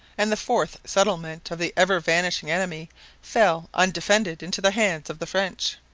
and the fourth settlement of the ever-vanishing enemy fell undefended into the hands of the french.